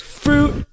fruit